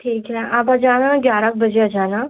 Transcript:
ठीक है आप आ जाना ग्यारह बजे आ जाना